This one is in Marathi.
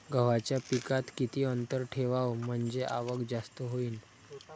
गव्हाच्या पिकात किती अंतर ठेवाव म्हनजे आवक जास्त होईन?